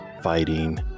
fighting